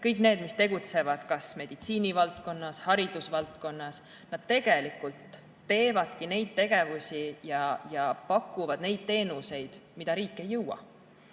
kõik need, mis tegutsevad näiteks meditsiinivaldkonnas või haridusvaldkonnas. Nad tegelikult teevadki neid tegevusi ja pakuvad neid teenuseid, mida riik ei jõua.